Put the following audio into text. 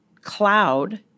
cloud